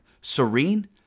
serene